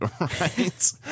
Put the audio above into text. right